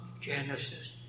Genesis